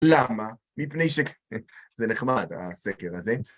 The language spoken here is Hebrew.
למה? מפני ש... זה נחמד, הסקר הזה.